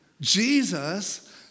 Jesus